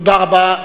תודה רבה.